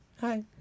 hi